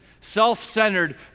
self-centered